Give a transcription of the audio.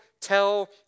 tell